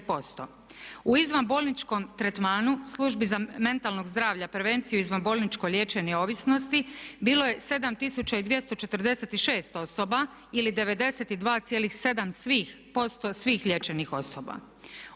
U izvan bolničkom tretmanu, službi za mentalno zdravlje, prevenciju za izvanbolničko liječenje ovisnosti bilo je 7246 osoba ili 92,7% svih liječenih osoba.